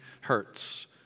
hurts